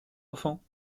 enfants